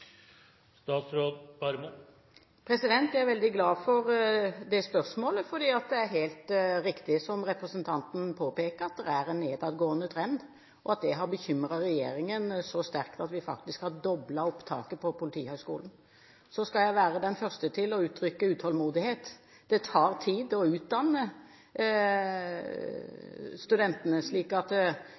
Jeg er veldig glad for det spørsmålet. Det er helt riktig som representanten påpeker, at det er en nedadgående trend, og det har bekymret regjeringen så sterkt at vi har doblet opptaket til Politihøgskolen. Så skal jeg være den første til å uttrykke utålmodighet – det tar tid å utdanne studentene. Vi mottar snart de første utdannede kullene etter det høyere opptaket. Jeg mener ut fra det at